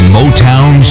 Motown